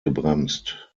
gebremst